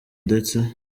ndetse